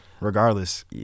regardless